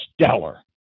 stellar